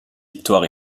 victoire